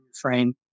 frame